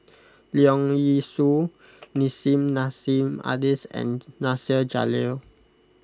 Leong Yee Soo Nissim Nassim Adis and Nasir Jalil